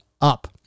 up